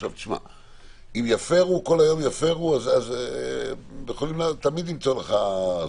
עכשיו, אם כל היום יפרו, יכולים תמיד למצוא לך.